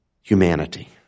humanity